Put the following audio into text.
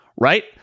Right